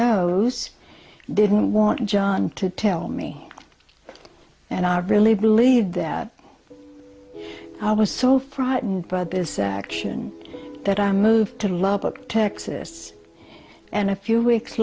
knows didn't want john to tell me and i really believed that i was so frightened by this action that i moved to lubbock texas and a few weeks